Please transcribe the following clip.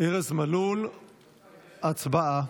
ארז מלול, הצבעה.